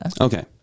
Okay